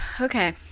Okay